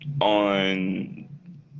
On